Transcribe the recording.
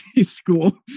school